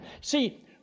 See